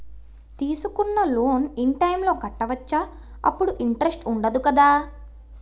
తీసుకున్న loan in time లో కట్టవచ్చ? అప్పుడు ఇంటరెస్ట్ వుందదు కదా?